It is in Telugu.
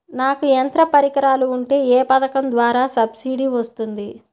నాకు యంత్ర పరికరాలు ఉంటే ఏ పథకం ద్వారా సబ్సిడీ వస్తుంది?